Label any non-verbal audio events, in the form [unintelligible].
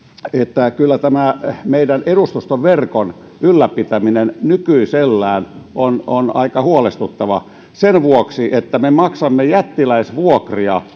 kyllä tämä meidän edustustoverkon ylläpitäminen nykyisellään on on aika huolestuttavaa sen vuoksi että me maksamme jättiläisvuokria [unintelligible]